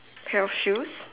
pair of shoes